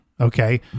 Okay